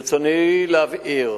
ברצוני להבהיר